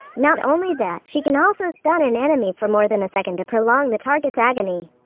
not only that, she can also stun an enemy for more than a second to prolong the target's agony.